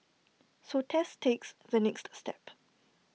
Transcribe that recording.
so Tess takes the next step